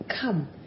Come